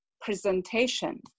presentation